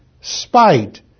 spite